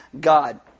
God